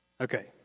Okay